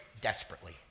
desperately